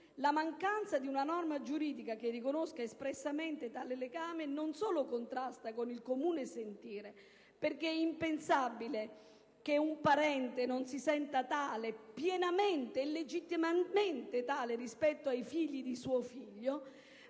La mancanza di una norma che riconosca espressamente tale legame non solo contrasta con il comune sentire - perché è impensabile che un nonno non si senta pienamente e legittimamente tale rispetto ai figli di suo figlio